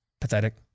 Pathetic